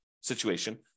situation